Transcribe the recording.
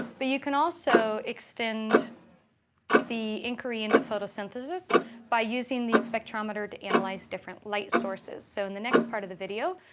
but you can also extend the inquiry into photosynthesis by using the spectrometer to analyze different light sources. so in the next part of the video,